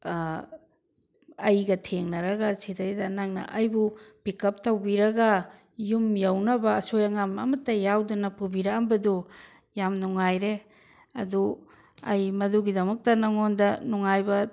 ꯑꯩꯒ ꯊꯦꯡꯅꯔꯒ ꯁꯤꯗꯩꯗ ꯅꯪꯅ ꯑꯩꯕꯨ ꯄꯤꯛꯑꯞ ꯇꯧꯕꯤꯔꯒ ꯌꯨꯝ ꯌꯧꯅꯕ ꯑꯁꯣꯏ ꯑꯉꯥꯝ ꯑꯃꯠꯇ ꯌꯥꯎꯗꯅ ꯄꯨꯕꯤꯔꯛꯑꯝꯕꯗꯨ ꯌꯥꯝ ꯅꯨꯡꯉꯥꯏꯔꯦ ꯑꯗꯨ ꯑꯩ ꯃꯗꯨꯒꯤꯗꯃꯛꯇ ꯅꯉꯣꯟꯗ ꯅꯨꯡꯉꯥꯏꯕ